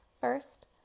First